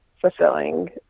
fulfilling